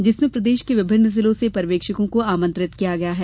जिसमें प्रदेश के विभिन्न जिलों से पर्यवेक्षकों को आमंत्रित किया गया है